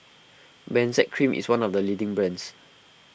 Benzac Cream is one of the leading brands